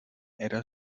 era